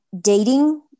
dating